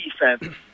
defense